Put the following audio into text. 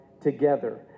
together